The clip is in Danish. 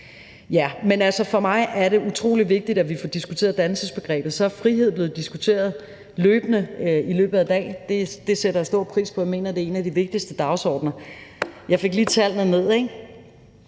Men for mig er det utrolig vigtigt, at vi får diskuteret dannelsesbegrebet. Og så er frihed blevet diskuteret løbende i løbet af dagen. Det sætter jeg stor pris på. Jeg mener, det er en af de vigtigste dagsordener. Jeg fik lige tallene. Fru